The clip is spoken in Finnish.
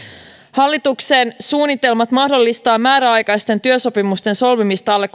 hallituksen suunnitelmat mahdollistaa määräaikaisten työsopimusten solmimista alle